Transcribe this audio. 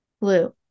Blue